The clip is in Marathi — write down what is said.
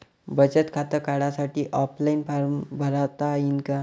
बचत खातं काढासाठी ऑफलाईन फारम भरता येईन का?